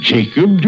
Jacob